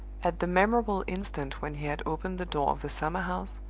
at the memorable instant when he had opened the door of the summer-house,